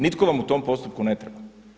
Nitko vam u tom postupku ne treba.